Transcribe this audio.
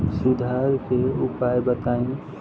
सुधार के उपाय बताई?